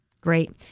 great